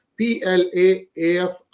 PLAAF